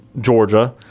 Georgia